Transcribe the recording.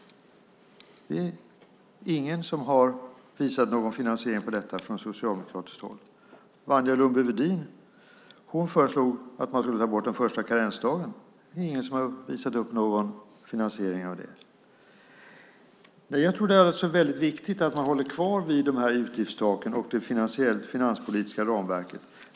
Det är ingen som har visat någon finansiering av detta från socialdemokratiskt håll. Wanja Lundby-Wedin föreslog att man skulle ta bort den första karensdagen. Det är ingen som har visat upp någon finansiering av det. Jag tror att det är väldigt viktigt att man håller kvar vid utgiftstaken och det finanspolitiska ramverket.